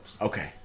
Okay